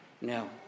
No